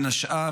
בין השאר,